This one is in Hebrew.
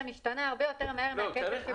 משתנה הרבה יותר מהר מהקצב שאנחנו פורסים.